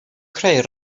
creu